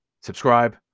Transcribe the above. subscribe